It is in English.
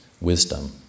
wisdom